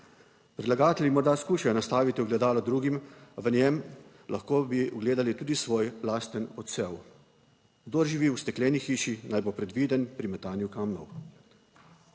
Predlagatelji morda skušajo nastaviti ogledalo drugim, a v njem lahko bi gledali tudi svoj lasten odsev. Kdor živi v Stekleni hiši, naj bo previden pri metanju kamnov.